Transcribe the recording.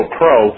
pro